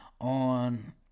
on